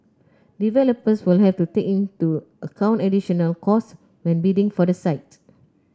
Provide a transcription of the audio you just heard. developers will have to take into account additional costs when bidding for the site